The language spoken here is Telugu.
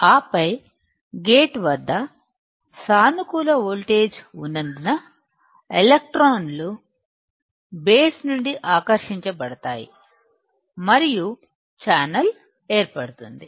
ఆపై గేట్ వద్ద సానుకూల వోల్టేజ్ ఉన్నందున ఎలక్ట్రాన్లు బేస్ నుండి ఆకర్షించబడతాయి మరియు ఛానల్ ఏర్పడుతుంది